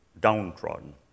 downtrodden